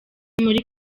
muri